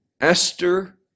Esther